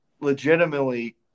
legitimately